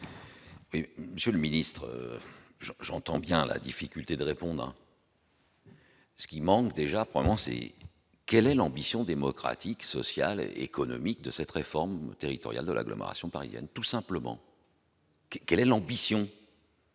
Monsieur le ministre, j'entends bien la difficulté de répondre. Ce qui manque déjà prononcée, quelle est l'ambition démocratique, sociale, économique de cette réforme territoriale de l'agglomération parisienne,